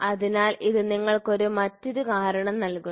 അതിനാൽ ഇത് നിങ്ങൾക്ക് മറ്റൊരു കാരണം നൽകുന്നു